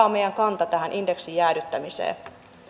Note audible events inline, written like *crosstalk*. *unintelligible* on sosialidemokraattien kanta tähän indeksin jäädyttämiseen